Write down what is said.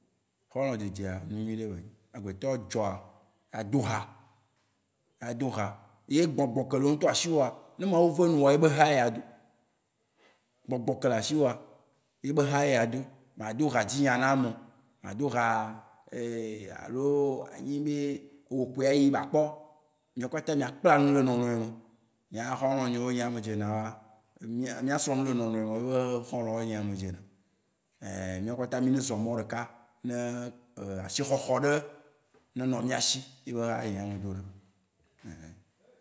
Xɔlɔ dze dze, enu nyuiɖe be nyu. Agbe tɔ edzɔa, ado ha. Ado ha, ye gbɔgbɔ ke le wò ŋutɔ asi wòa, ne Mawu ve nuwoa, yebe ha ye ado. Gbɔgbɔ ke le asi wòa, yebe ha ye ado. Ma ado ha dzi nya na ame oo, ma ado ha anyi be éwo kpoe ayi be akpɔ oo. Miàwó kpata mìa kpla nu le mìa nɔnɔe me. Nyea xɔlɔ nye yiwo nyea me dzena wóa, mía srɔ nu le nɔnɔeme be xɔlɔ ye nyea me dzena. Ɛ míawo kpata mí ne zɔ mɔ ɖeka, ne ashi xɔxɔ ɖe ne nɔ mía shi. Yebe ha nyea me dona.